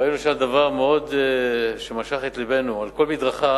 ראינו שם דבר שמאוד משך את לבנו, על כל מדרכה,